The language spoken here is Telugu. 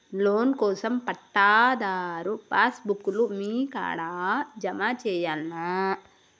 లోన్ కోసం పట్టాదారు పాస్ బుక్కు లు మీ కాడా జమ చేయల్నా?